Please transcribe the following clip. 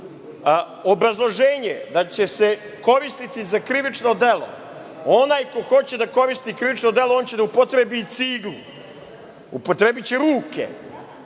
životinji. Obrazloženje da će se koristiti za krivično delo, onaj ko hoće da koristi krivično delo, on će da upotrebi i ciglu, upotrebiće ruke,